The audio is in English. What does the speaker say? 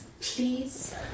please